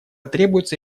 требуются